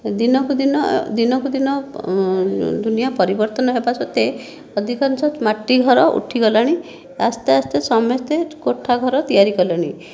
ଦିନକୁ ଦିନ ଦିନକୁ ଦିନ ଦୁନିଆ ପରିବର୍ତ୍ତନ ହେବା ସତ୍ତ୍ୱେ ଅଧିକାଂଶ ମାଟି ଘର ଉଠିଗଲାଣି ଆସ୍ତେ ଆସ୍ତେ ସମସ୍ତେ କୋଠା ଘର ତିଆରି କଲେଣି